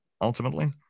ultimately